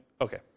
Okay